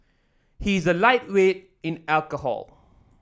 he is a lightweight in alcohol